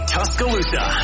Tuscaloosa